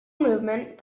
movement